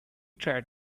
tried